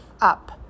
up